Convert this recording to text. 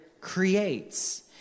creates